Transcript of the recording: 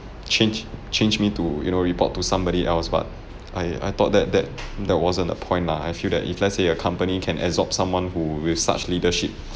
change change me to you know report to somebody else but I I thought that that that wasn't the point lah I feel that if let's say a a company can absorb someone who with such leadership